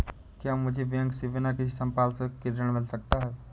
क्या मुझे बैंक से बिना किसी संपार्श्विक के ऋण मिल सकता है?